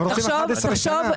הם רוצים 11 שנה.